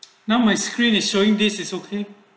now my screen is showing this is okay